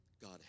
God